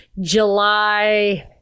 July